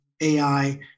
AI